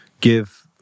give